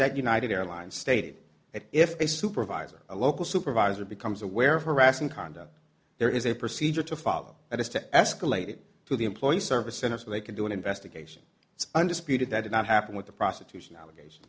policies at united airlines stated that if a supervisor a local supervisor becomes aware of harassing conduct there is a procedure to follow that is to escalate it to the employee service center so they can do an investigation undisputed that did not happen with the prostitution allegation